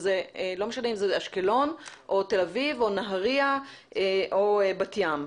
זה לא משנה אם זה אשקלון או תל אביב או נהריה או בת ים,